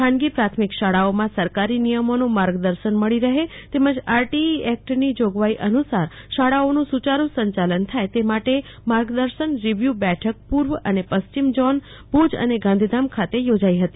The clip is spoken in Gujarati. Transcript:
ખાનગી પ્રાથમિક શાળાઓમાં સરકારી નિયમોનું માર્ગદર્શન મળી રહે તેમજ આરઇટી એકટની જોગવાઇ અનુસાર શાળાઓનું સુચારું સંચાલન થાય તે માટે માર્ગદર્શન રિવ્યૂ બેઠક પૂર્વ અને પશ્ચિમ ઝોન ભુજ અને ગાંધીધામ ખાતે યોજાઇ હતી